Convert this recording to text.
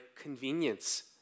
convenience